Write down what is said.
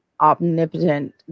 omnipotent